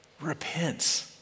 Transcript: Repent